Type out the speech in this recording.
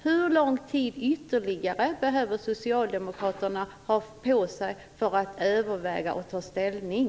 Hur lång ytterligare tid behöver socialdemokraterna ha på sig för att överväga och ta ställning?